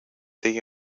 the